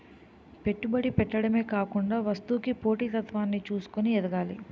పెట్టుబడి పెట్టడమే కాకుండా వస్తువుకి పోటీ తత్వాన్ని చూసుకొని ఎదగాలి